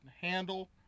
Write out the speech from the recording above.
handle